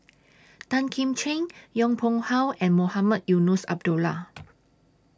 Tan Kim Ching Yong Pung How and Mohamed Eunos Abdullah